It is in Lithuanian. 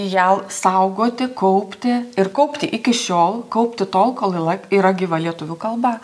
ją saugoti kaupti ir kaupti iki šiol kaupti tol kol yla yra gyva lietuvių kalba